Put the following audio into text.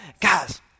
Guys